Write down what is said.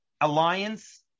alliance